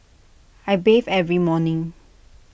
I bathe every morning